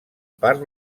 part